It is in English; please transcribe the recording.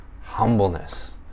humbleness